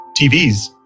TVs